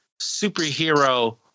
superhero